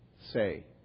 say